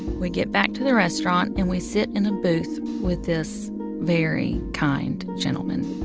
we get back to the restaurant, and we sit in a booth with this very kind gentleman.